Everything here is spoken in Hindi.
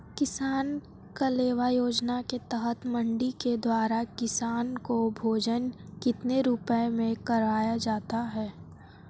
किसान कलेवा योजना के तहत मंडी के द्वारा किसान को भोजन कितने रुपए में करवाया जाता है?